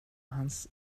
hans